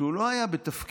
כשהוא לא היה בתפקיד,